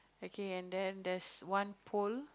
okay and then there's one pole